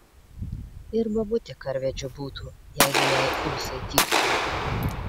ir bobutė karvedžiu būtų jeigu jai ūsai dygtų